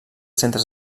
centres